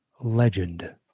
legend